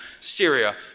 Syria